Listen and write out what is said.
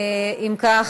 אם כך,